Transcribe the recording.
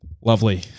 Lovely